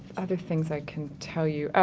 other things i can tell you, ah,